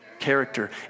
Character